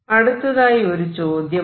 അടുത്തതായി ഒരു ചോദ്യമാണ്